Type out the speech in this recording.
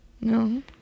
No